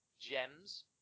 gems